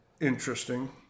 Interesting